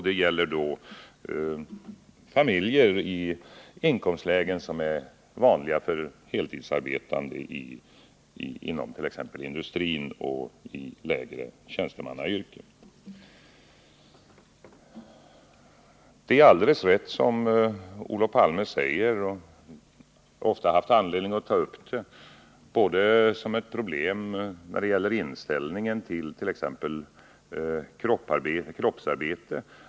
Det gäller då familjer i inkomstlägen som är vanliga för heltidsarbetande, t.ex. inom industrin och i lägre tjänstemannayrken. Det som Olof Palme säger om ungdomarnas situation är alldeles riktigt. Jag har ofta haft anledning att ta upp den frågan liksom t.ex. inställningen till kroppsarbete.